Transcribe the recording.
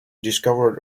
discovered